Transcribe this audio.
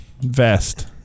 vest